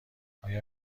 آیا